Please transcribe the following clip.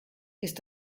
ist